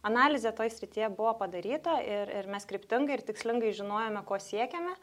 analizė toj srityje buvo padaryta ir ir mes kryptingai ir tikslingai žinojome ko siekiame